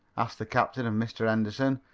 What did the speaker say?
asked the captain of mr. henderson.